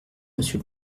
monsieur